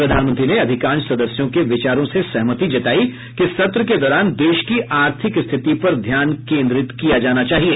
प्रधानमंत्री ने अधिकांश सदस्यों के विचारों से सहमति जताई कि सत्र के दौरान देश की आर्थिक स्थिति पर ध्यान केन्द्रित किया जाना चाहिए